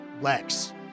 Lex